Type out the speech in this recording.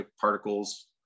particles